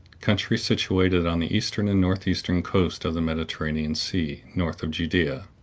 countries situated on the eastern and northeastern coast of the mediterranean sea, north of judea.